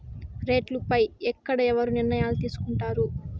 రేట్లు పై ఎక్కడ ఎవరు నిర్ణయాలు తీసుకొంటారు?